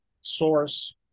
source